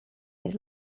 his